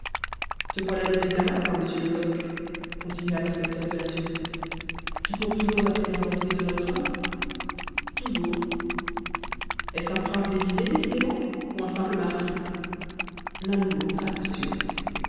te voilà levé bien matin monsieur lecoq continua l'inspecteur de la sûreté tu cours toujours après l'identité de notre homme toujours est-ce un prince déguisé décidément ou un simple marquis l'un ou l'autre à coup sûr